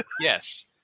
Yes